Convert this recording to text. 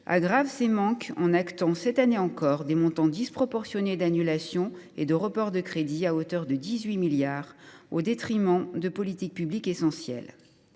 aggrave ces manques en actant, cette année encore, des montants disproportionnés d’annulations et de reports de crédits, à hauteur de 18 milliards d’euros, et ce au détriment de politiques publiques essentielles.